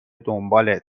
دنبالت